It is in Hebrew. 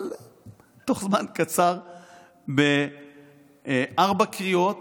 אבל תוך זמן קצר, בארבע קריאות,